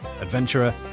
adventurer